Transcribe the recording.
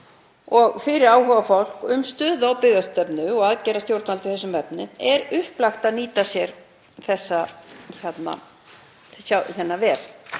Fyrir áhugafólk um stöðu á byggðastefnu og aðgerðum stjórnvalda í þessum efnum er upplagt að nýta sér þennan vef.